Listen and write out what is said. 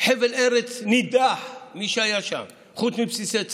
חבל ארץ נידח, מי שהיה שם, חוץ מבסיסי צה"ל,